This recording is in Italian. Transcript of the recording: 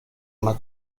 una